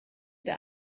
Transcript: der